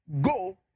go